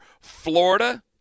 Florida